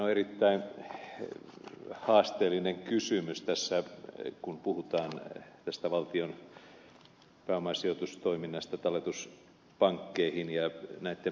tämähän on erittäin haasteellinen kysymys kun puhutaan valtion pääomasijoitustoiminnasta talletuspankkeihin ja näitten prosessien hallinnasta